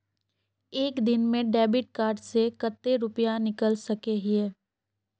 एक दिन में डेबिट कार्ड से कते रुपया निकल सके हिये?